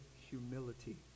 humility